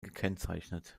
gekennzeichnet